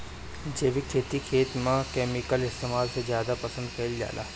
जैविक खेती खेत में केमिकल इस्तेमाल से ज्यादा पसंद कईल जाला